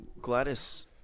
Gladys